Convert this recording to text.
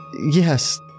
Yes